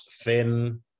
thin